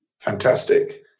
Fantastic